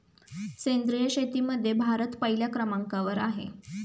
सेंद्रिय शेतीमध्ये भारत पहिल्या क्रमांकावर आहे